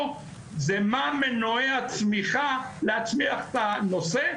זה מה מנועי הצמיחה להצמיח את הנושא,